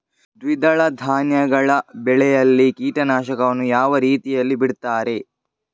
ದ್ವಿದಳ ಧಾನ್ಯಗಳ ಬೆಳೆಯಲ್ಲಿ ಕೀಟನಾಶಕವನ್ನು ಯಾವ ರೀತಿಯಲ್ಲಿ ಬಿಡ್ತಾರೆ?